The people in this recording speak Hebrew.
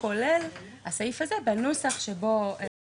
כולל הסעיף הזה בנוסח שהוועדה עשתה את התיקון.